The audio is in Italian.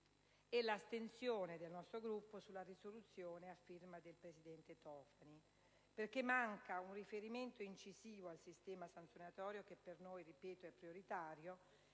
e l'astensione del nostro Gruppo sulla proposta di risoluzione n. 1, a firma del presidente Tofani, perché manca un riferimento incisivo al sistema sanzionatorio che per noi - ripeto - è prioritario